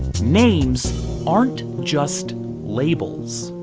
names aren't just labels.